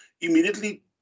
Immediately